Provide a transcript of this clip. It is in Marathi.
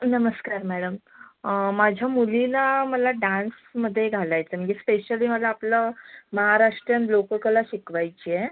नमस्कार मॅडम माझ्या मुलीला मला डान्समध्ये घालायचं आहे म्हणजे स्पेशली मला आपलं महाराष्ट्रीयन लोककला शिकवायची आहे